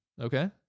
okay